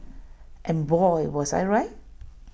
and boy was I right